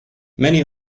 many